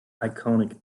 iconic